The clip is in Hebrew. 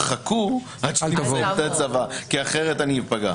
חכו עד שאני אסיים את הצבא כי אחרת אני אפגע.